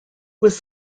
was